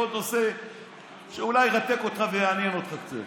לעוד נושא שאולי ירתק אותך ויעניין אותך קצת.